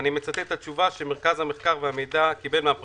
אני מצטט את התשובה שמרכז המחקר והמידע של הכנסת קיבל מן הפרקליטות: